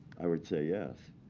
i would say yes.